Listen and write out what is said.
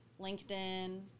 LinkedIn